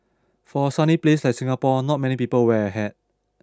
for a sunny place like Singapore not many people wear a hat